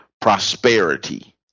prosperity